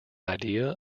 idea